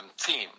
team